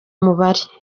mubare